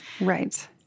right